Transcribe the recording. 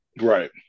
Right